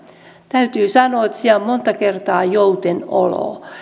täytyy sanoa että siellä on monta kertaa joutenoloa niin